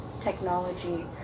technology